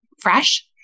fresh